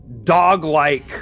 dog-like